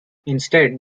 instead